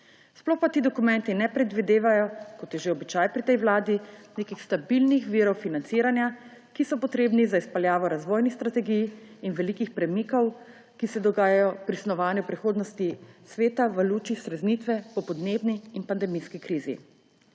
Sploh pa ti dokumenti ne predvidevajo, kot je že običaj pri tej vladi, nekih stabilnih virov financiranja, ki so potrebni za izpeljavo razvojnih strategij in velikih premikov, ki se dogajajo pri snovanju prihodnosti sveta v luči streznitve po podnebni in pandemijski krizi.